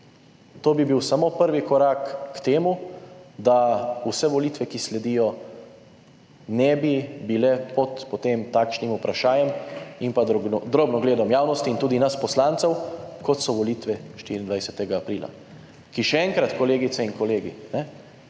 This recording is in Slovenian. To bi bil samo prvi korak k temu, da vse volitve, ki sledijo, ne bi bile pod takšnim vprašajem in drobnogledom javnosti in tudi nas, poslancev, kot so bile volitve 24. aprila. Še enkrat, kolegice in kolegi,